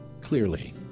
Clearly